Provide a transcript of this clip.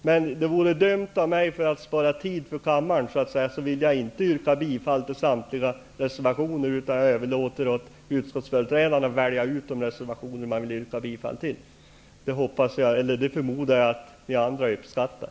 Men för att spara tid för kammaren vill jag inte yrka bifall till samtliga reservationer, utan jag överlåter åt uskottsföreträdarna att välja ut de reservationer de vill yrka bifall till. Det förmodar jag att ni andra uppskattar.